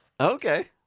Okay